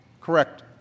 correct